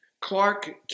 Clark